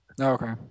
Okay